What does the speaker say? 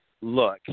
look